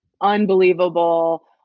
unbelievable